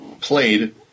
played